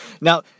Now